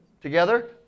together